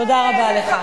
תודה רבה לך.